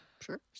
sure